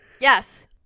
Yes